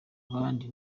abandi